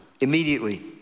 immediately